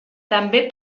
també